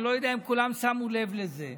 אני לא יודע אם כולם שמו לב לזה: